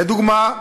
לדוגמה,